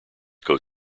coat